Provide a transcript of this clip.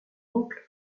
oncle